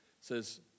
says